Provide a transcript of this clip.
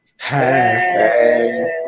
Hey